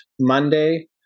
monday